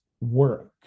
work